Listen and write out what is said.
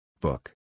Book